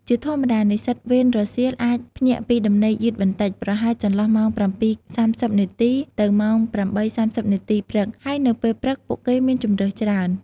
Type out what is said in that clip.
ជាធម្មតា និស្សិតវេនរសៀលអាច ភ្ញាក់ពីដំណេកយឺតបន្តិច ប្រហែលចន្លោះម៉ោង ៧:៣០ នាទី ទៅម៉ោង ៨:៣០ នាទីព្រឹក ហើយនៅពេលព្រឹកពួកគេមានជម្រើសច្រើន។